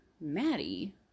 maddie